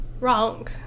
wrong